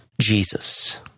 Jesus